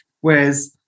whereas